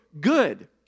good